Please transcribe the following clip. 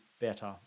better